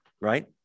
right